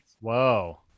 Whoa